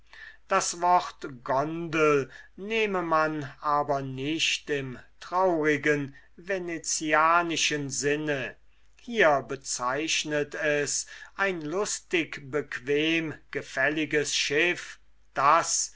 das wort gondel nehme man aber nicht im traurigen venezianischen sinne hier bezeichnet es ein lustig bequemgefälliges schiff das